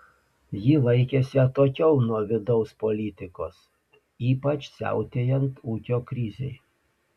ji laikėsi atokiau nuo vidaus politikos ypač siautėjant ūkio krizei